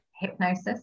hypnosis